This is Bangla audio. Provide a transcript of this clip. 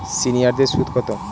সিনিয়ারদের সুদ কত?